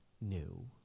new